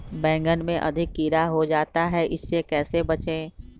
बैंगन में अधिक कीड़ा हो जाता हैं इससे कैसे बचे?